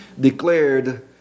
declared